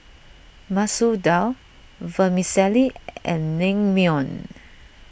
Masoor Dal Vermicelli and Naengmyeon